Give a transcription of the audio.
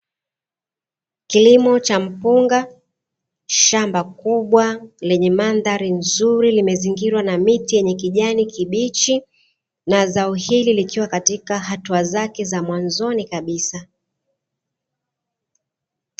Kilimo cha mpunga. Shamba kubwa lenye mandhari nzuri limezingirwa na miti yenye kijani kibichi, na zao hili likiwa katika hatua zake za mwanzoni kabisa.